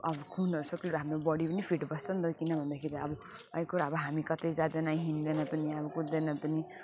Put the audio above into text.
अब खुनहरू सर्कुलेट हाम्रो बडी पनि फिट बस्छ पनि त किन भन्दाखेरि अब यही कुरा हामी कतै जाँदैन हिँड्दैन पनि अब कुद्दैन पनि